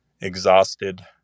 exhausted